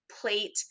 plate